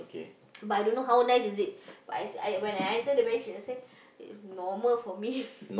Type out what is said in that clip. but I don't know how nice is it but I see when I enter the beach I say normal for me